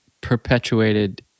perpetuated